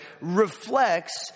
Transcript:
reflects